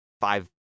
five